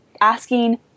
asking